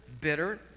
bitter